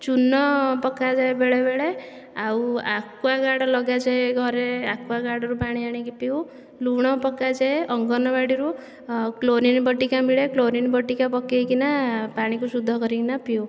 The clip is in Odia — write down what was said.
ଚୂନ ପକାଯାଏ ବେଳେବେଳେ ଆଉ ଆକୁଆଗାର୍ଡ୍ ଲଗାଯାଏ ଘରେ ଆକୁଆଗାର୍ଡ୍ରୁ ପାଣି ଆଣିକି ପିଉ ଲୁଣ ପକାଯାଏ ଅଙ୍ଗନବାଡ଼ିରୁ ଆଉ କ୍ଲୋରିନ୍ ବଟିକା ମିଳେ ଆଉ କ୍ଲୋରିନ୍ ବଟିକା ପାଣିରେ ପକାଇକିନା ପାଣିକୁ ଶୁଦ୍ଧ କରିକିନା ପିଉ